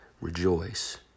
rejoice